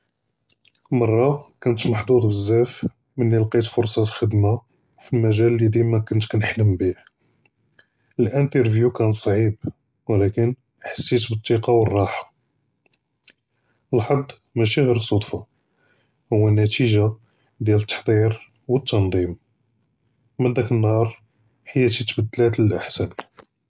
מַרַה כּוֹנְת מַחְזוּז בְּזַאף מַלְלִי לְקִית פְּרְסָה תַּעְ דִּי רְخְדָה פִי אֶלְמַגְ'אל אֶלְלִי דִּימَا כַּאנְת כַּאנַלְחַם בִּיה, אֶלְאַנְתַ'רְפְיוּ כָּאן צְעִיב וּלָקִין חַסִית בְּתִיקַה וְאֶלְרָחַה, אֶלְחַظּ מַשִּי גִ'ר צְדְפָה הוּוָא נַתִיגָה דִּיַאל אֶלְתַחְדִיר וּתַנְדִ'ים וּמִן דַּאק אֶלְנְּהַאר חַיַּאתִי תְּבַדְּלָאת לְאָחְסַן.